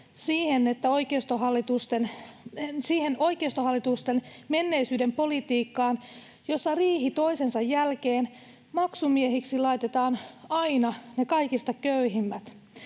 siihen oikeistohallitusten menneisyyden politiikkaan, jossa riihi toisensa jälkeen maksumiehiksi laitetaan aina ne kaikista köyhimmät